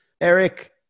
Eric